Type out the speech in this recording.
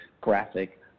Graphic